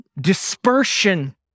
dispersion